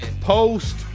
Post